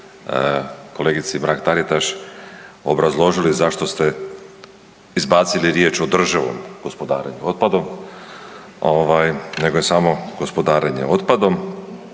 kolegici Mrak Taritaš obrazložili zašto ste izbacili riječ održivom gospodarenju otpadom ovaj nego je samo gospodarenje otpadom